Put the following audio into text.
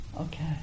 Okay